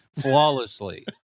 flawlessly